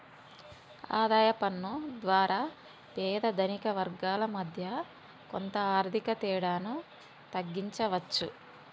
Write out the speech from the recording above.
ఆదాయ పన్ను ద్వారా పేద ధనిక వర్గాల మధ్య కొంత ఆర్థిక తేడాను తగ్గించవచ్చు